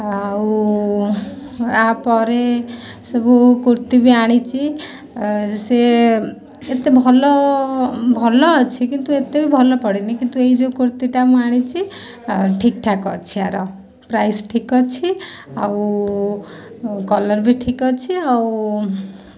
ଆଉ ଆ ପରେ ସବୁ କୁର୍ତ୍ତି ବି ଆଣିଛି ସିଏ ଏତେ ଭଲ ଭଲ ଅଛି କିନ୍ତୁ ଏତେ ବି ଭଲ ପଡ଼ିନି କିନ୍ତୁ ଏଇ ଯେଉଁ କୁର୍ତ୍ତିଟା ମୁଁ ଆଣିଛି ଠିକ୍ଠାକ୍ ଅଛି ଆର ପ୍ରାଇସ୍ ଠିକ୍ ଅଛି ଆଉ କଲର୍ ବି ଠିକ୍ ଅଛି ଆଉ